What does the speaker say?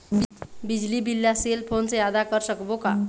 बिजली बिल ला cell phone से आदा कर सकबो का?